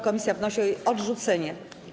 Komisja wnosi o jej odrzucenie.